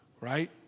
right